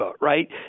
right